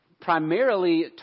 primarily